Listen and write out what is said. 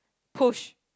push